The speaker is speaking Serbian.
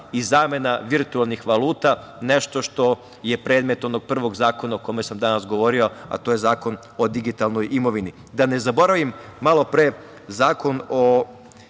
i zamena virutelnih valuta, nešto što je predmet onog prvog zakona o kojem sam danas govorio, a to je Zakon o digitalnoj imovini. Da ne zaboravim, malo pre Zakon o